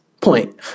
point